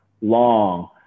long